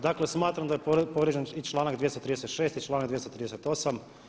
Dakle smatram da je povrijeđen i članak 236. i članak 238.